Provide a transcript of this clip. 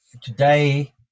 today